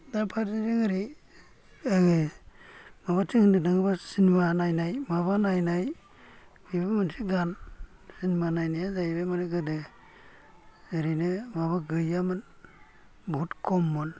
दा फारसेजों ओरै माबाथिं होनदोंदां बा सिनेमा नायनाय माबा नायनाय बेबो मोनसे गान सिनेमा नायनाया जाहैबाय मानि गोदो ओरैनो माबा गैयामोन बहुत खम मोन